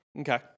Okay